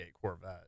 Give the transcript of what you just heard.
Corvette